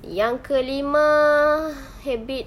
yang kelima habit